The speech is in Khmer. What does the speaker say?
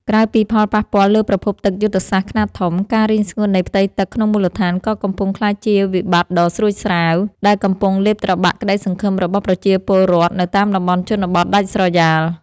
ក្រៅពីផលប៉ះពាល់លើប្រភពទឹកយុទ្ធសាស្ត្រខ្នាតធំ ការរីងស្ងួតនៃផ្ទៃទឹកក្នុងមូលដ្ឋានក៏កំពុងក្លាយជាវិបត្តិដ៏ស្រួចស្រាវដែលកំពុងលេបត្របាក់ក្តីសង្ឃឹមរបស់ប្រជាពលរដ្ឋនៅតាមតំបន់ជនបទដាច់ស្រយាល។